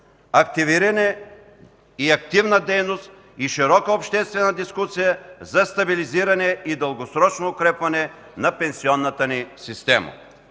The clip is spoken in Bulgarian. юли 2015 г.; активна дейност и широка обществена дискусия за стабилизиране и дългосрочно укрепване на пенсионната ни система.